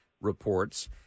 reports